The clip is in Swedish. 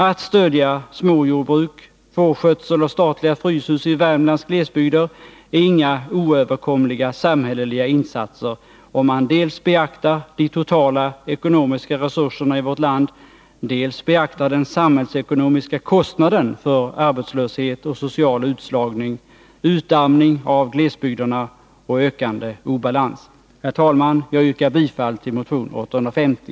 Att stödja småjordbruk, fårskötsel och statliga fryshus i Värmlands glesbygder är inga oöverkomliga samhälleliga insatser om man beaktar dels de totala ekonomiska resurserna i vårt land, dels den samhällsekonomiska kostnaden för arbetslöshet och social utslagning, utarmning av glesbygderna och ökande obalans. Herr talman! Jag yrkar bifall till motion 850.